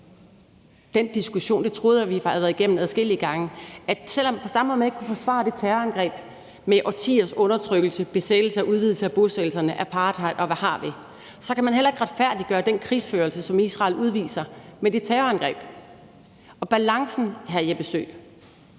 den diskussion. Jeg troede, vi havde været igennem det adskillige gange: at på samme måde som man ikke kunne forsvare det terrorangreb med årtiers undertrykkelse, besættelse, udvidelse af bosættelserne, apartheid, og hvad har vi, så kan man heller ikke retfærdiggøre den krigsførelse, som Israel udviser, med det terrorangreb. Balancen, hr. Jeppe Søe,